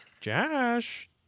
Josh